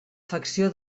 facció